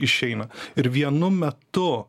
išeina ir vienu metu